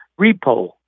repo